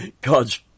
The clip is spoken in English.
God's